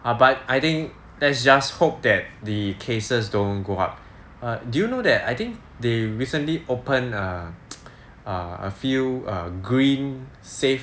err but I think let's just hope that the cases don't go up do you know that I think they recently opened err a few green safe